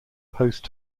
post